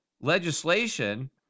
legislation